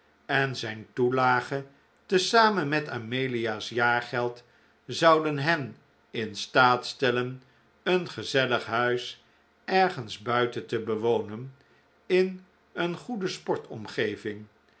en zijn toelage te zamen met amelia's jaargeld zouden hen in staat stellen een gezellig huis ergens buiten te bewonen in een goede